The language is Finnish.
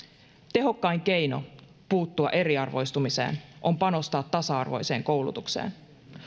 tehokkain keino puuttua eriarvoistumiseen on panostaa tasa arvoiseen koulutukseen